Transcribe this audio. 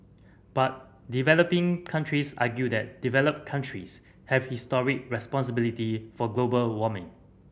but developing countries argue that developed countries have history responsibility for global warming